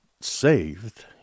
saved